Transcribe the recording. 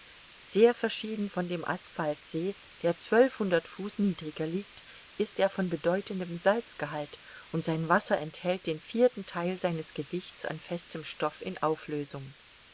sehr verschieden von dem asphaltsee der zwölfhundert fuß niedriger liegt ist er von bedeutendem salzgehalt und sein wasser enthält den vierten theil seines gewichts an festem stoff in auflösung